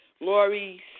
Laurie